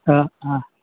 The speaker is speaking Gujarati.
હા હા